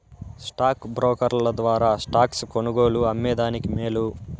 stock బ్రోకర్ల ద్వారా stocks కొనుగోలు, అమ్మే దానికి మేలు